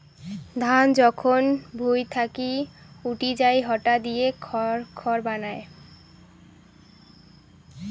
ধান যখন ভুঁই থাকি উঠি যাই ইটা দিয়ে খড় বানায়